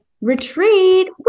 retreat